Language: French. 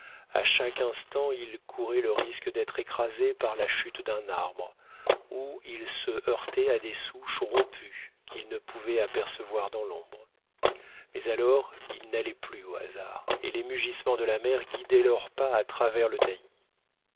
à chaque instant ils couraient le risque d'être écrasés par la chute d'un arbre ou ils se heurtaient à des souches rompues qu'ils ne pouvaient apercevoir dans l'ombre mais alors ils n'allaient plus au hasard et les mugissements de la mer guidaient leurs pas à travers le